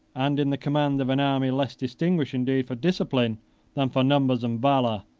and in the command of an army less distinguished indeed for discipline than for numbers and valor,